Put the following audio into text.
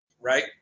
right